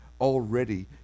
Already